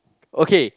okay